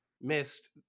missed